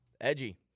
Edgy